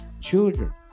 children